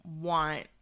want